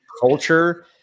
culture